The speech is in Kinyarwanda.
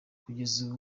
kugeza